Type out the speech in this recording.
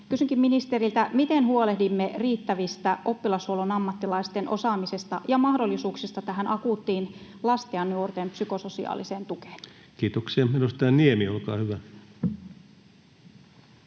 Kysynkin ministeriltä: miten huolehdimme riittävästä oppilashuollon ammattilaisten osaamisesta ja riittävistä mahdollisuuksista akuuttiin lasten ja nuorten psykososiaaliseen tukeen? Taas sen mikrofonin